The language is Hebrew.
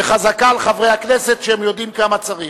וחזקה על חברי הכנסת שהם יודעים כמה צריך.